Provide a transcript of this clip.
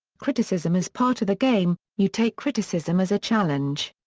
criticism is part of the game, you take criticism as a challenge.